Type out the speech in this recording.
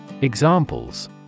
Examples